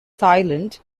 thailand